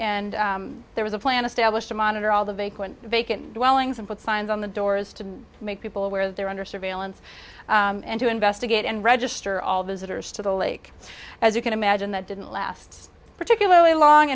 and there was a plan established to monitor all the vacant vacant welling's and put signs on the doors to make people aware that they're under surveillance and to investigate and register all visitors to the lake as you can imagine that didn't last particularly long